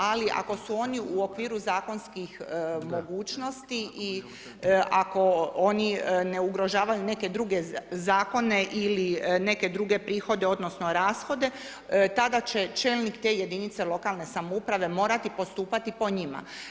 Ali ako su oni u okviru zakonskim mogućnosti i ako oni ne ugrožavaju neke druge zakone ili neke druge prihode, odnosno rashode, tada će čelnik te jedinice lokalne samouprave morati postupati prema njima.